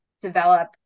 Develop